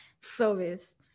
service